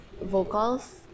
vocals